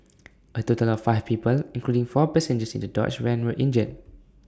A total of five people including four passengers in the dodge van were injured